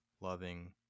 loving